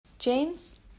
James